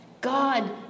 God